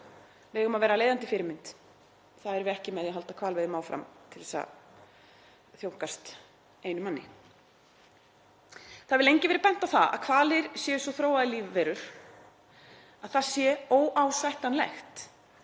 Við eigum að vera leiðandi fyrirmynd. Það erum við ekki með því að halda hvalveiðum áfram til að þóknast einum manni. Það hefur lengi verið bent á það að hvalir séu svo þróaðar lífverur að það sé óásættanlegt